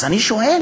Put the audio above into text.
אז אני שואל: